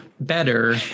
Better